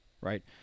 right